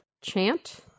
chant